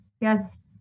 Yes